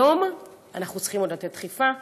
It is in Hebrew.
היום אנחנו צריכים עוד לתת דחיפה,